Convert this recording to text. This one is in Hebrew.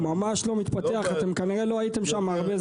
הוא ממש לא מתפתח, כנראה שלא הייתם שם הרבה זמן.